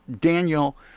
Daniel